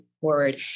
forward